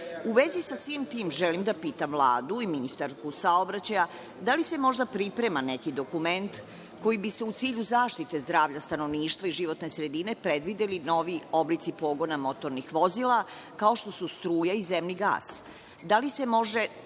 vezi sa svim tim, želim da pitam Vladu i ministarku saobraćaja, da li se možda priprema neki dokument koji bi se u cilju zaštite zdravlja stanovništva i životne sredine, predvideli noviji oblici pogona motornih vozila, kao što su struka i zemni gas?